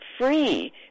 free